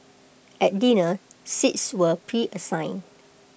at dinner seats were preassigned